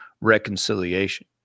reconciliation